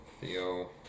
Theo